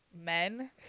men